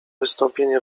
wystąpienie